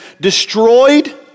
destroyed